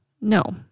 No